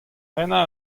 prenañ